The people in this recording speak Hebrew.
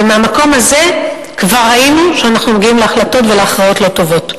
ומהמקום הזה כבר ראינו שאנחנו מגיעים להחלטות ולהכרעות לא טובות,